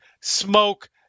smoke